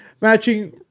matching